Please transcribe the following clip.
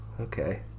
Okay